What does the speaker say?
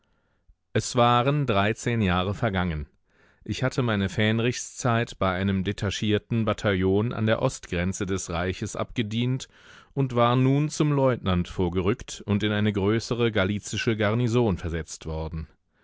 es waren dreizehn jahre vergangen ich hatte meine fähnrichszeit bei einem detachierten bataillon an der ostgrenze des reiches abgedient und war nun zum leutnant vorgerückt und in eine größere galizische garnison versetzt worden